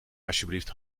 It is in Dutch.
alsjeblieft